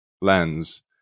lens